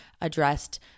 addressed